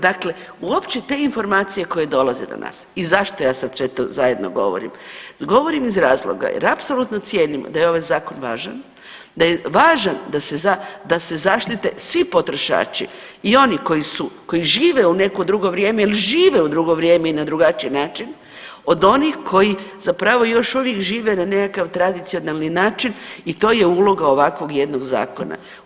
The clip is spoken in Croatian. Dakle, uopće te informacije koje dolaze do nas i zašto ja sad sve to zajedno govorim, govorim iz razloga jer apsolutno cijenim da je ovaj zakon važan, da je važan da se zaštite svi potrošači i oni koji žive u neko drugo vrijeme jer žive u drugo vrijeme i na drugačiji način od onih koji zapravo još uvijek žive na nekakav tradicionalni način i to je uloga ovakvog jednog zakona.